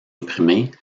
imprimer